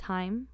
Time